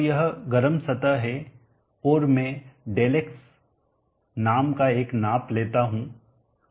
तो यह गर्म सतह है और मैं Δx नाम का एक माप लेता हूं